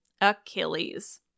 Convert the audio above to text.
Achilles